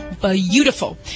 beautiful